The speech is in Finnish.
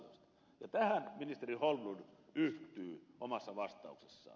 tähän ministeri holmlund yhtyy omassa vastauksessaan